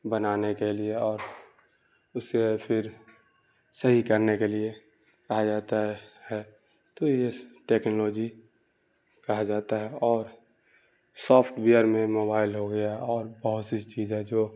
بنانے کے لیے اور اسے پھر صحیح کرنے کے لیے کہا جاتا ہے ہے تو یہ ٹکنالوجی کہا جاتا ہے اور سافٹ وئیر میں موبائل ہو گیا اور بہت سی چیزیں جو